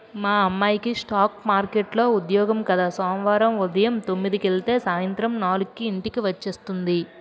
మా అమ్మాయికి స్ఠాక్ మార్కెట్లో ఉద్యోగం కద సోమవారం ఉదయం తొమ్మిదికెలితే సాయంత్రం నాలుక్కి ఇంటికి వచ్చేస్తుంది